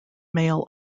mail